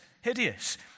hideous